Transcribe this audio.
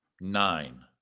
Nine